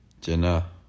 Jenna